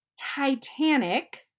Titanic